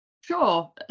sure